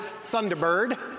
Thunderbird